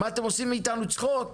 מה, אתם עושים מאיתנו צחוק?